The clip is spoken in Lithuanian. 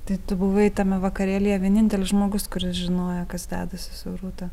tai tu buvai tame vakarėlyje vienintelis žmogus kuris žinojo kas dedasi su rūta